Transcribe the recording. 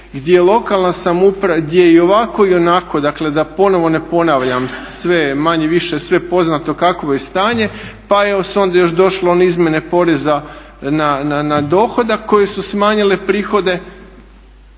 gdje i ovako i onako dakle da ponovno ne ponavljam sve, manje-više sve je poznato kakvo je stanje pa se onda još došlo one izmjene poreza na dohodak koje su smanjile prihode